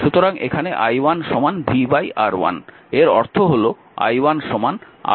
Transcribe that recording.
সুতরাং এখানে i1 vR1